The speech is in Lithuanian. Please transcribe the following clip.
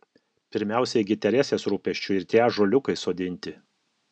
pirmiausia gi teresės rūpesčiu ir tie ąžuoliukai sodinti